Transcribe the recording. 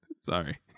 sorry